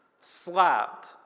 Slapped